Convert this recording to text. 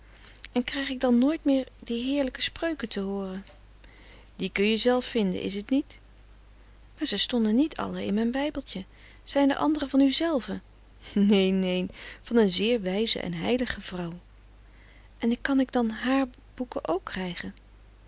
en krijg ik dan nooit meer die heerlijke spreuken te hooren die kun je zelf vinden is t niet maar zij stonden niet allen in mijn bijbeltje zijn de anderen van uzelve neen neen van een zeer wijze en heilige vrouw en kan ik dan hààr boeken ook krijgen